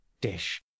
dish